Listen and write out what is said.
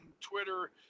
Twitter